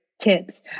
tips